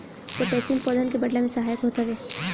potassium पौधन के बढ़ला में सहायक होत हवे